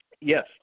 yes